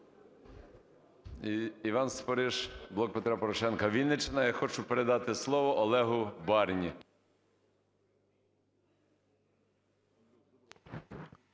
Іван Спориш, "Блок Петра Порошенка", Вінниччина. Я хочу передати слово Олегу Барні.